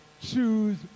choose